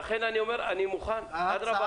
אני אומר שאני מוכן, אדרבה.